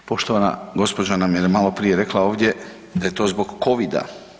Poštovana gospođa nam je malo prije rekla ovdje da je to zbog covida.